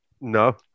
No